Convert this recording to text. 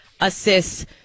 assists